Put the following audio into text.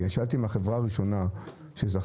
שאלתי אם החברה הראשונה שזכתה,